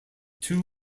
two